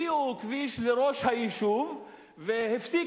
הביאו כביש לראש היישוב והפסיקו.